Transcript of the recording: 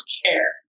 care